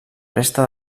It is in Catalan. resta